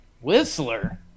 Whistler